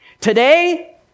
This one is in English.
Today